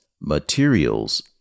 materials